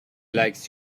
likes